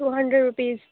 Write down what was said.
two hundred rupees